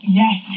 yes